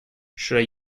should